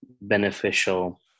beneficial